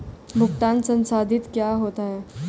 भुगतान संसाधित क्या होता है?